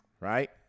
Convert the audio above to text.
right